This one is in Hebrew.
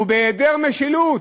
ובהיעדר משילות"